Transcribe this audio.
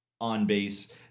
on-base